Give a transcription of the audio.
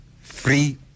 free